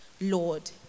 Lord